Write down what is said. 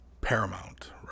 paramount